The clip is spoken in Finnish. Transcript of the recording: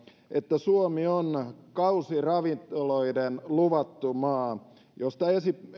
että suomi on kausiravintoloiden luvattu maa mistä